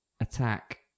attack